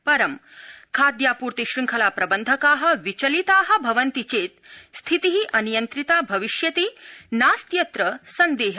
परं खादयाप्र्ति श्रंखला प्रबन्धका विचलिता भवन्ति चेत् स्थिति अनियन्त्रिता भविष्यति नास्त्यत्र सन्देह